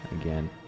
again